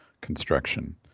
construction